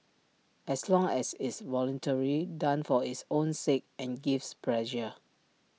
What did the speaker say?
as long as it's voluntary done for its own sake and gives pleasure